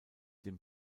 dem